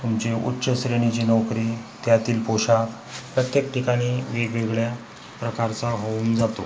तुमचे उच्च श्रेणीचे नोकरी त्यातील पोशाख प्रत्येक ठिकाणी वेगवेगळ्या प्रकारचा होऊन जातो